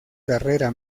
carrera